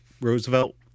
Roosevelt